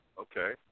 Okay